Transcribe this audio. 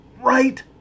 right